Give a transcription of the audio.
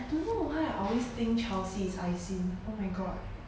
I don't know why I always think chelsea is ai xin oh my god